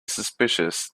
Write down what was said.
suspicious